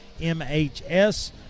MHS